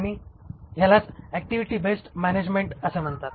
आणि ह्यालाच activity based management असे म्हणतात